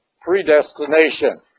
predestination